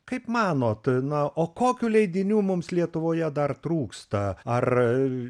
kaip manot na o kokių leidinių mums lietuvoje dar trūksta ar